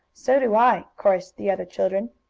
so do i! chorused the other children.